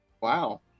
Wow